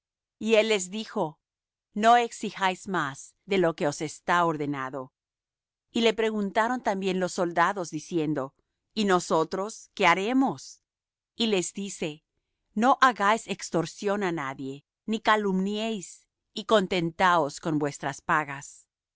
y él les dijo no exijáis más de lo que os está ordenado y le preguntaron también los soldados diciendo y nosotros qué haremos y les dice no hagáis extorsión á nadie ni calumniéis y contentaos con vuestras pagas